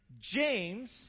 James